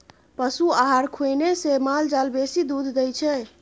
पशु आहार खुएने से माल जाल बेसी दूध दै छै